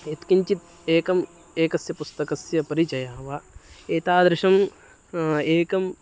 यत्किञ्चित् एकम् एकस्य पुस्तकस्य परिचयः वा एतादृशम् एकं